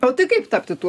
o tai kaip tapti tuo